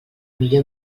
millor